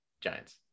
Giants